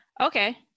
Okay